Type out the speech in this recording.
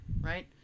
right